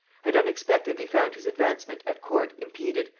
had unexpectedly found his advancement at court impeded,